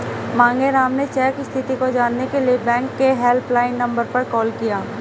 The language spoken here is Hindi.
मांगेराम ने चेक स्थिति को जानने के लिए बैंक के हेल्पलाइन नंबर पर कॉल किया